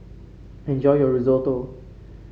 enjoy your Risotto